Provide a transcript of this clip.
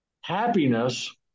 Happiness